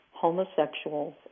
Homosexuals